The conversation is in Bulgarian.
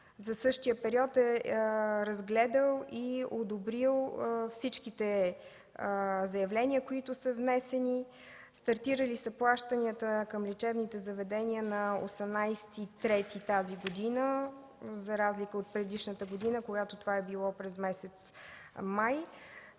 за същия период е разгледал и одобрил всички заявления, които са внесени. Стартирани са плащанията към лечебните заведения на 18 март тази година за разлика от предишната година, когато това е било през месец май.